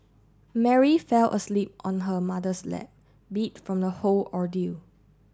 Mary fell asleep on her mother's lap beat from the whole ordeal